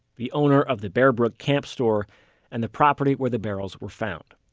the owner of the bear brook camp store and the property where the barrels were found